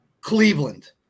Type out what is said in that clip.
Cleveland